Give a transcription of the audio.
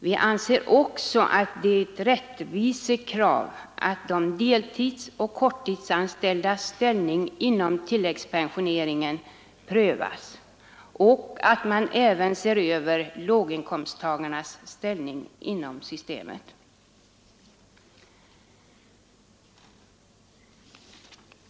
Vi anser vidare att det är ett rättvisekrav att de deltidsoch korttidsanställdas ställning inom tilläggspensioneringen prövas och att man även ser över låginkomsttagarnas ställning inom systemet.